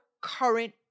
current